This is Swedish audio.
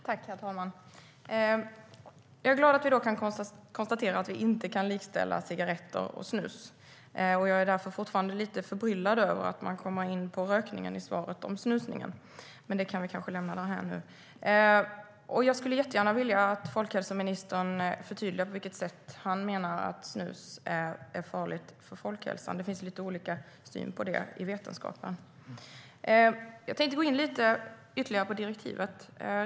Herr talman! Jag är glad att vi i dag kan konstatera att vi inte kan likställa cigaretter och snus. Jag är därför fortfarande lite förbryllad över att statsrådet kommer in på rökningen i svaret om snusningen, men det kan vi nu kanske lämna därhän. Jag skulle jättegärna vilja att folkhälsoministern förtydligar på vilket sätt han menar att snus är farligt för folkhälsan. Det finns lite olika syn på det i vetenskapen. Jag tänkte gå in lite ytterligare på direktivet.